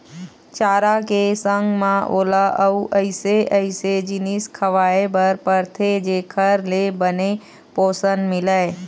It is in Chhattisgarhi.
चारा के संग म ओला अउ अइसे अइसे जिनिस खवाए बर परथे जेखर ले बने पोषन मिलय